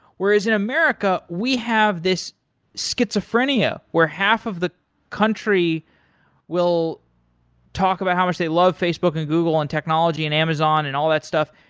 whereas in america, we have this schizophrenia, where half of the country will talk about how much they love facebook and google on technology and amazon and all that stuff,